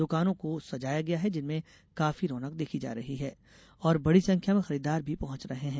दुकानों को सजाया गया है जिनमें काफी रौनक देखी जा रही है और बड़ी संख्या में खरीदार भी पहुंच रहे हैं